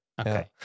Okay